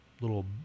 little